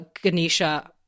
Ganesha